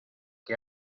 que